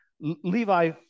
Levi